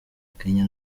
kenya